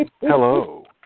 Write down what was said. Hello